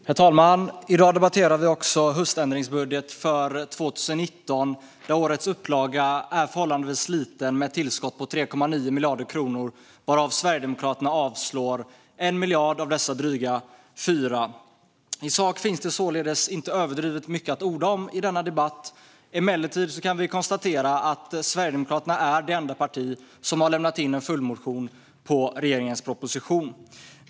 Herr talman! I dag debatterar vi också höständringsbudget för 2019. Årets upplaga är förhållandevis liten med ett tillskott på 3,9 miljarder kronor. Av dessa knappt 4 miljarder avslår Sverigedemokraterna 1 miljard. I sak finns således inte överdrivet mycket att orda om i denna debatt. Emellertid kan vi konstatera att Sverigedemokraterna är det enda parti som har lämnat in en följdmotion på regeringens proposition.